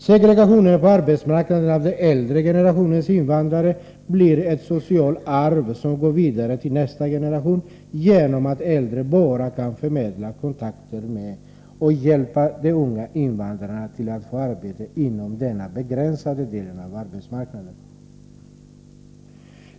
Segregationen av den äldre generationen invandrare på arbetsmarknaden blir ett socialt arv som går vidare till nästa generation genom att de äldre bara kan förmedla kontakter med och hjälpa de unga invandrarna till att få arbete inom denna begränsade del av arbetsmarknaden.